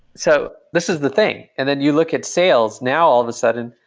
so this is the thing. and then you look at sales. now all of a sudden,